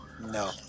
No